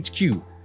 HQ